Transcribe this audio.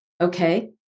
okay